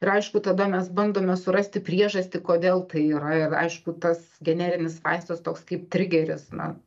ir aišku tada mes bandome surasti priežastį kodėl tai yra ir aišku tas generinis vaistas toks kaip trigeris na